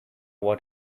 what